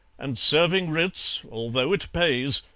and serving writs, although it pays,